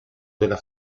della